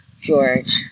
George